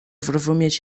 zrozumieć